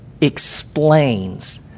explains